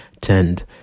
tend